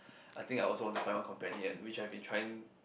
I think I also want to find one companion which I have been trying